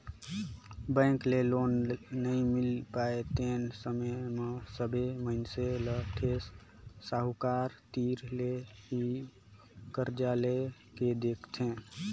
bank ले loan नइ मिल पाय तेन समे म सबे मइनसे ल सेठ साहूकार तीर ले ही करजा लेए के दिखथे